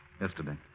Yesterday